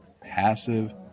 passive